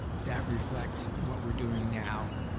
that reflects what we're doing now